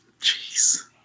Jeez